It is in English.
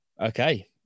Okay